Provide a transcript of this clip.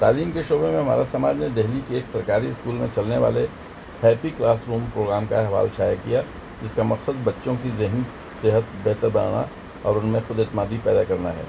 تعلیم کے شعبے میں ہمارا سماج نے دہلی کی ایک سرکاری اسکول میں چلنے والے ہیپی کلاس روم پروگرام کا احوال شائع کیا جس کا مقصد بچوں کی ذہنی صحت بہتر بنانا اور ان میں خود اعتمادی پیدا کرنا ہے